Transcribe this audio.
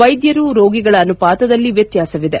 ವೈದ್ಯರು ರೋಗಿಗಳ ಅನುಪಾತನದಲ್ಲಿ ವ್ಯತ್ಯಾಸವಿದೆ